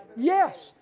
yes.